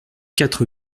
quatre